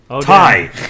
Tie